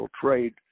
trade